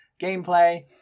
gameplay